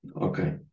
Okay